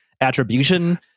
attribution